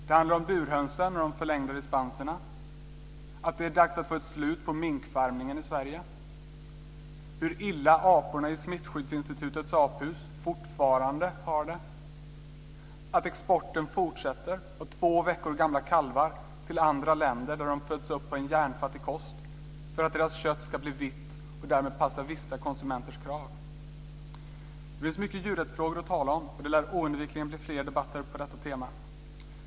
Det handlar om burhönsen och de förlängda dispenserna, att det är dags att få ett slut på minkfarmningen i Sverige, hur illa aporna i Smittskyddsinstitutets aphus fortfarande har det och att exporten fortsätter av två veckor gamla kalvar till andra länder där de föds upp på en järnfattig kost för att deras kött ska bli vitt och därmed passa vissa konsumenter. Det finns många djurrättsfrågor att tala om, och det lär oundvikligen bli fler debatter på detta tema.